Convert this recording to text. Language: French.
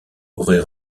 aurait